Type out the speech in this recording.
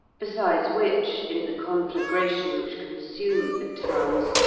besides which, in the conflagration which consumed the towns,